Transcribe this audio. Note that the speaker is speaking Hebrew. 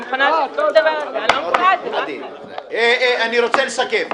אני מוכנה --- אני רוצה לסכם.